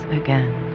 again